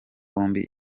bombi